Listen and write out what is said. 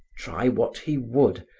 try what he would,